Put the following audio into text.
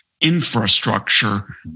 infrastructure